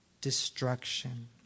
destruction